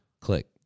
Click